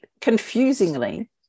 confusingly